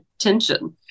attention